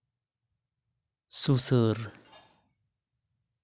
ᱥᱩᱥᱟᱹᱨ